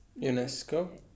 UNESCO